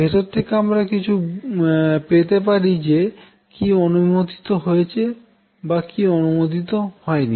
ভেতর থেকে আমরা কিছু পেতে পারি যে কি অনুমোদিত হয়েছে বা কি অনুমোদিত হয় নি